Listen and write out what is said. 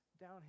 down